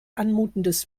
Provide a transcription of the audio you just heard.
anmutendes